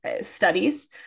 studies